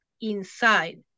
inside